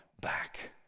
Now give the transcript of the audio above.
back